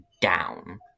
down